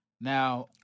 Now